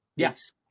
Yes